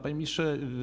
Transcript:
Panie Ministrze!